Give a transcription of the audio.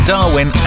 Darwin